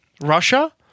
Russia